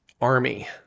army